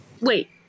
Wait